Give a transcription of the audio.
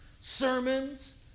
sermons